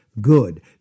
good